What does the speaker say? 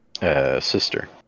Sister